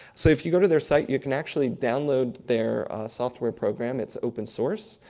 so if you go to their site, you can actually download their software program. it's open source.